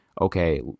okay